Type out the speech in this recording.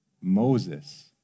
Moses